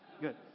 Good